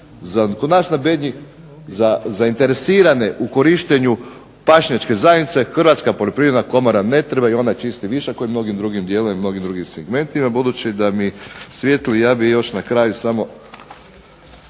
Kod nas na Bednji zainteresirane u korištenju pašnjačke zajednice Hrvatska poljoprivredna komora ne treba ju, ona čisti višak kao u mnogim dijelovima i u mnogim drugim segmentima. Budući da mi svijetli ja bih još na kraju samo